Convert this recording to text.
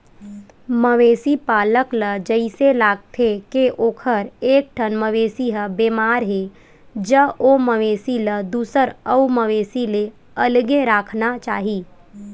मवेशी पालक ल जइसे लागथे के ओखर एकठन मवेशी ह बेमार हे ज ओ मवेशी ल दूसर अउ मवेशी ले अलगे राखना चाही